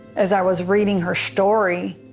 as i was reading her story.